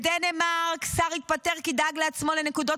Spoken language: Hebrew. בדנמרק שר התפטר כי דאג לעצמו לנקודות